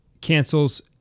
cancels